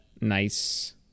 Nice